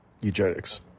eugenics